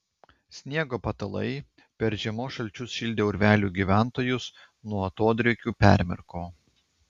sniego patalai per žiemos šalčius šildę urvelių gyventojus nuo atodrėkių permirko